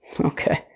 Okay